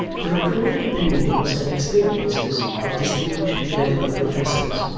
the recorded opinions and experiences of distinguished medical professors,